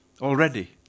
already